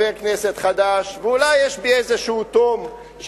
בהיותי חבר כנסת חדש,